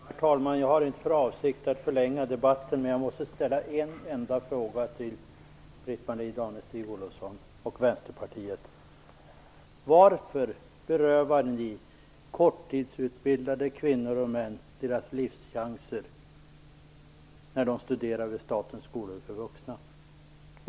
Herr talman! Jag har inte för avsikt att förlänga debatten, men jag måste få ställa en enda fråga till Varför berövar ni korttidsutbildade kvinnor och män deras livschanser när de studerar vid statens skolor för vuxna?